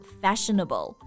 fashionable